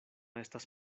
estas